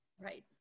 Right